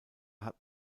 hat